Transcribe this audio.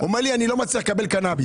הוא אומר: אני לא מצליח לקבל קנאביס.